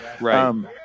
Right